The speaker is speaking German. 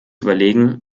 überlegen